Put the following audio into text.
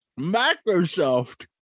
Microsoft